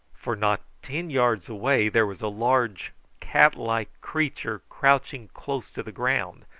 for not ten yards away there was a large cat-like creature crouching close to the ground,